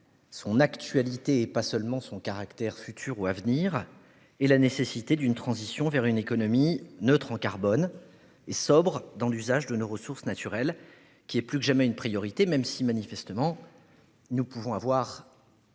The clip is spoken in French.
mois -, sa réalité, son actualité et la nécessité d'une transition vers une économie neutre en carbone et sobre dans l'usage de nos ressources naturelles. C'est plus que jamais une priorité, même si, manifestement, nous pouvons avoir